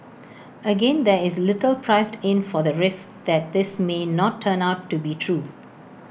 again there is little priced in for the risk that this may not turn out to be true